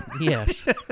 Yes